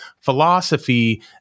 philosophy